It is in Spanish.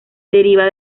deriva